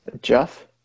Jeff